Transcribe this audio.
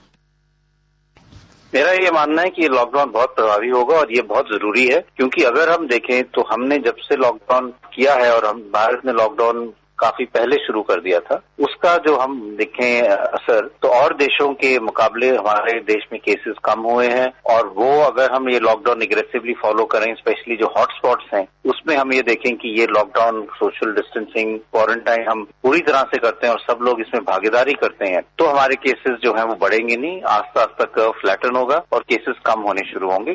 bite मेरा ये मानना है कि ये लॉकडाउन बहुत प्रभावी होगा और ये बहुत जरूरी है क्योंकि अगर हम देखें तो हमने जब से लॉकडाउन किया है और भारत ने लॉकडाउन काफी पहले शुरू कर दिया था उसका जो हम देखें असर तो और देशों के मुकाबले हमारे देश में केसेस कम हुए हैं और वो अगर हम ये लॉकडाउन एग्रेसिवी फॉलो करें स्पेशली जो हॉट स्पॉट हैं उसमें हम ये देखें कि ये लॉकडाउन सोशल डिस्टेंसिंग क्वारंटाइन हम पूरी तरह से करते हैं और सब लोग इसमें भागीदारी करते हैं तो हमरे केसेस जो हैं वो बढ़ेंगे नहीं आस पास तक फ्लेटन होगा और केसिस कम होंगे